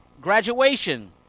graduation